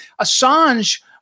Assange